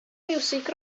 fiwsig